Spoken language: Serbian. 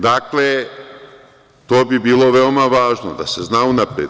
Dakle, to bi bilo veoma važno, da se zna unapred.